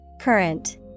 Current